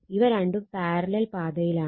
ഇവ രണ്ടും പാരലൽ പാതയിലാണ്